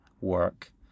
work